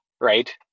right